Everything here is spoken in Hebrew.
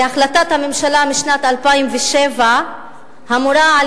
להחלטת הממשלה משנת 2007 המורה על